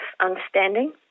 understanding